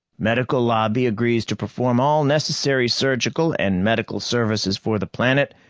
medical lobby agrees to perform all necessary surgical and medical services for the planet,